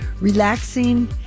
relaxing